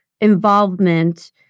involvement